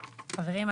חברים,